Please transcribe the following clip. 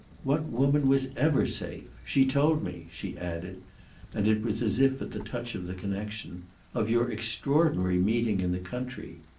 what woman was ever safe? she told me, she added and it was as if at the touch of the connexion of your extraordinary meeting in the country.